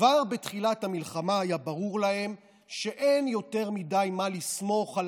כבר בתחילת המלחמה היה ברור להם שאין יותר מדי מה לסמוך על